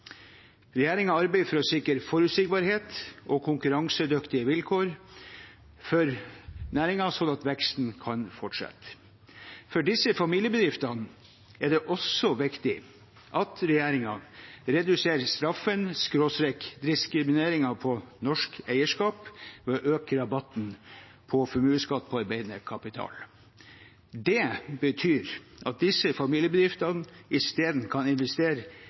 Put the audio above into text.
arbeider for a? sikre forutsigbarhet og konkurransedyktige vilka?r for næringen slik at veksten kan fortsette. For disse familiebedriftene er det ogsa? viktig at regjeringen reduserer straffen/diskrimineringen av norsk eierskap ved a? øke rabatten pa? formuesskatt pa? arbeidende kapital. Det betyr at disse familiebedriftene i stedet kan investere